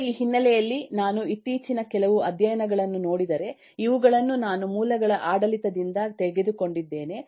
ಈಗ ಈ ಹಿನ್ನೆಲೆಯಲ್ಲಿ ನಾನು ಇತ್ತೀಚಿನ ಕೆಲವು ಅಧ್ಯಯನಗಳನ್ನು ನೋಡಿದರೆ ಇವುಗಳನ್ನು ನಾನು ಮೂಲಗಳ ಆಡಳಿತದಿಂದ ತೆಗೆದುಕೊಂಡಿದ್ದೇನೆ